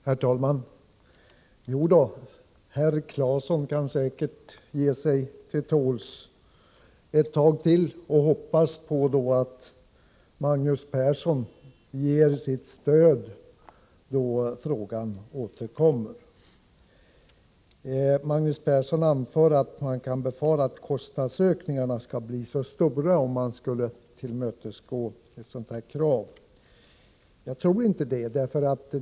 Herr talman! Jo då, herr Claeson kan säkert ge sig till tåls ett tag till och hoppas på att Magnus Persson ger sitt stöd då frågan återkommer. Magnus Persson anför att man kan befara att kostnadsökningarna skulle bli för stora om utskottet tillmötesgick vårt krav. Jag tror inte det.